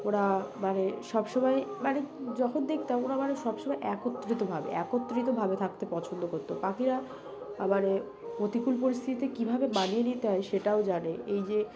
ওরা মানে সবসময় মানে যখন দেখতাম ওরা মানে সবসময় একত্রিতভাবে একত্রিতভাবে থাকতে পছন্দ করতো পাখিরা মানে প্রতিকূল পরিস্থিতিতে কীভাবে মানিয়ে নিতে হয় সেটাও জানে এই যে